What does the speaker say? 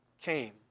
came